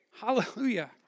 Hallelujah